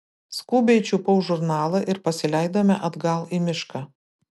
skubiai čiupau žurnalą ir pasileidome atgal į mišką